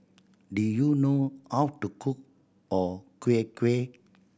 do you know how to cook o kueh kueh